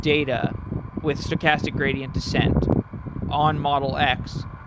data with stochastic gradient descent on model x,